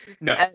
No